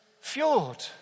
fjord